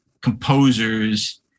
composers